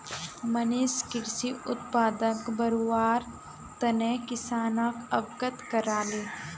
मनीष कृषि उत्पादनक बढ़व्वार तने किसानोक अवगत कराले